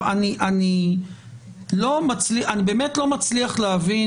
אני באמת לא מצליח להבין,